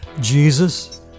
Jesus